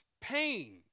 pain